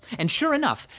and sure enough,